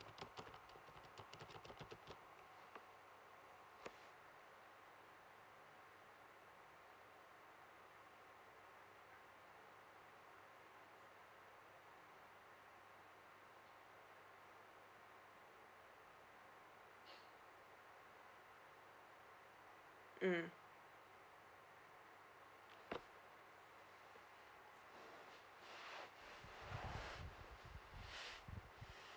mm